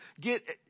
get